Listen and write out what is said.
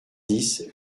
dix